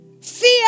Fear